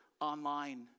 online